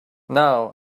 now